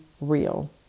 real